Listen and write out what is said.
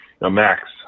max